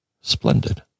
Splendid